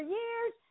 years